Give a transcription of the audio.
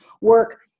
work